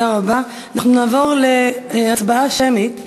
תשובת הממשלה,